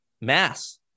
Mass